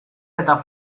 eta